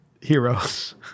heroes